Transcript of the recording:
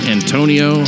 Antonio